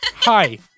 Hi